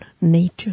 nature